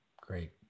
great